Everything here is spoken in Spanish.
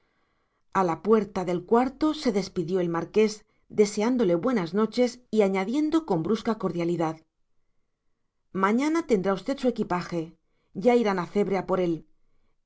a la puerta del cuarto se despidió el marqués deseándole buenas noches y añadiendo con brusca cordialidad mañana tendrá usted su equipaje ya irán a cebre por él